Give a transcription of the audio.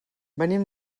venim